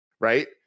right